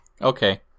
Okay